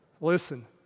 Listen